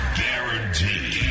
guaranteed